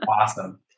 Awesome